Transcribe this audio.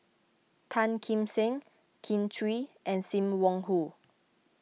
Tan Kim Seng Kin Chui and Sim Wong Hoo